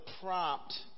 prompt